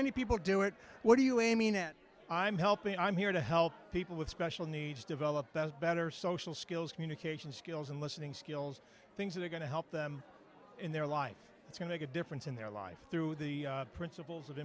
many people do it what do you mean and i'm helping i'm here to help people with special needs develop those better social skills communication skills and listening skills things that are going to help them in their life to make a difference in their life through the principles of